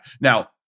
Now